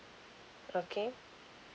okay